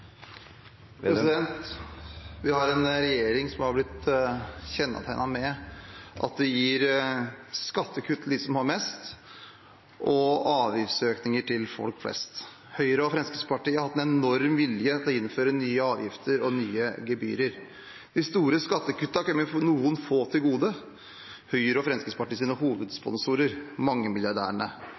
Vi har en regjering som har blitt kjennetegnet ved at de gir skattekutt til dem som har mest, og avgiftsøkninger til folk flest. Høyre og Fremskrittspartiet har hatt en enorm vilje til å innføre nye avgifter og gebyrer. De store skattekuttene har kommet noen få til gode – Høyre og Fremskrittspartiets hovedsponsorer,